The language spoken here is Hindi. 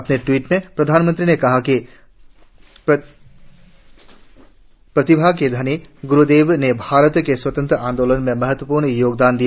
अपने ट्वीट में प्रधानमंत्री ने कहा कि प्रतिभा के धनी ग्रुदेव ने भारत के स्वतंत्र आंदोलन में महत्वपूर्ण योगदान दिया